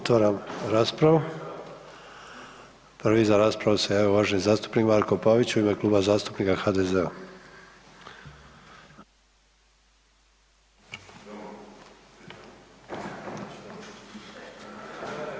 Otvaram raspravu, prvi za raspravu se javio uvaženi zastupnik Marko Pavić u ime Kluba zastupnika HDZ-a.